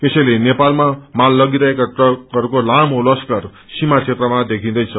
यसैले नेपालमा माल लगिरहेका ट्रकहरूको लामो कतार सीामा क्षेत्रमा देखिन्दैछ